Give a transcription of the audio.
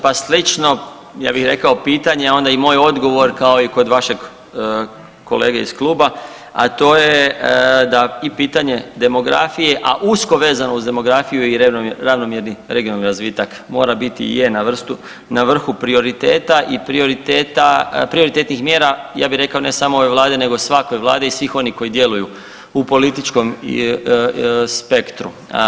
Pa slično ja bih rekao pitanje, a onda i moj odgovor, kao i kod vašeg kolege iz kluba, a to je da i pitanje demografije, a usko vezano uz demografiju i ravnomjerni regionalni razvitak mora biti i je na vrhu prioriteta i prioriteta, prioritetnih mjera ja bih rekao ne samo ove vlade nego svake vlade i svih onih koji djeluju u političkom spektru.